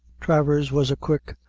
travers was a quick,